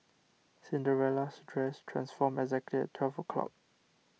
Cinderella's dress transformed exactly at twelve o' clock